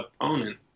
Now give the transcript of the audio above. opponent